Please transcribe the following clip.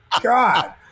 god